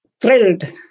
thrilled